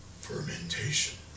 Fermentation